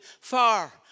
far